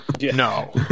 No